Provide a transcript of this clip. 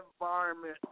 environment